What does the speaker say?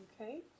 Okay